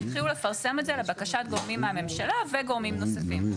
התחילו לפרסם את זה לבקשת גורמים מהממשלה וגורמים נוספים.